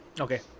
Okay